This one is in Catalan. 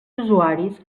usuaris